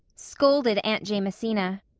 scolded aunt jamesina.